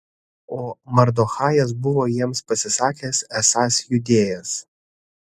o mardochajas buvo jiems pasisakęs esąs judėjas